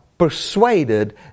persuaded